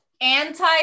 anti